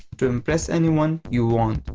to impress anyone you want.